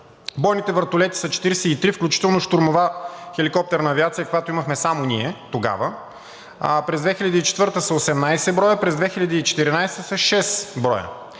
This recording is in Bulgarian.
Бойните вертолети са 43, включително щурмова хеликоптерна авиация, каквато имахме само ние тогава, през 2004 г. са 18 броя, през 2014 г. са 6 броя.